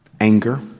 Anger